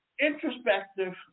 introspective